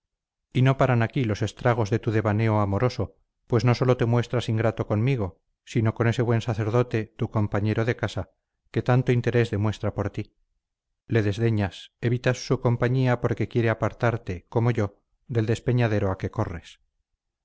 y no paran aquí los estragos de tu devaneo amoroso pues no sólo te muestras ingrato conmigo sino con ese buen sacerdote tu compañero de casa que tanto interés demuestra por ti le desdeñas evitas su compañía porque quiere apartarte como yo del despeñadero a que corres